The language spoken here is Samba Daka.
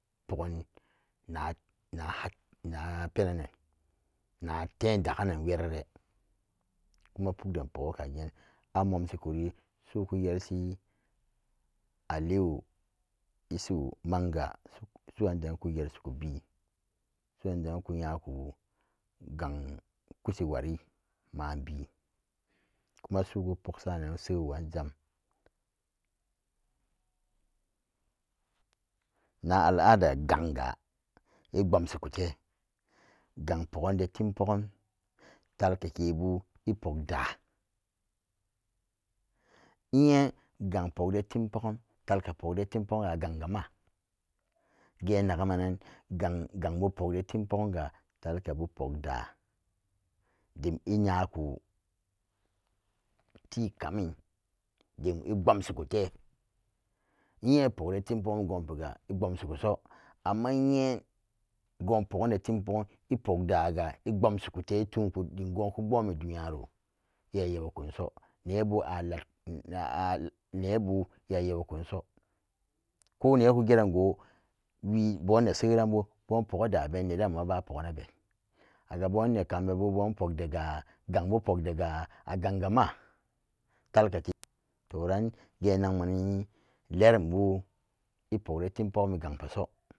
Poggan na- naha- napenannan naten daganan werere kuma pug den pogga kageen a mumshikuri su'uku yelshi aliyu isuhu manga su'an deran yelshiku been su'an deran ku nyaku gang kushi wari ma'an been kuma su'uku poggsanan seywo'an jam na alada ganga epbumsikute gang poggande-timpog'um talaka kebu eopog da'a nyen gong pogde timpoggom talaka pogde timpoggomga gang-ga maa geen nagan manan gang-gangbu pokde timpogom ga talakabu pokda dim inyaku. Til kamin dim i'pbomsikute nye epogde tim poggon ego'onpega i'pbomsi kuso amma nye go'on pogemde tim poggom epogdaga i'pbomsite etunku dim go'onku pbommi duniyaro iya yawi kunso nebu iya yawinku nso nebu iya yawikunso koh neeku geran go'o wii bo'on neeseranbu bo'on pogga daben needenma baa pogganaben aga boni nekambebu bo'on pogde ga a' ganga maa talakate toran geen nagma'en lerumbu epogde timpogomi gangpeso.